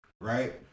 Right